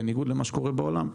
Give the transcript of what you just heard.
בניגוד למה שקורה בעולם.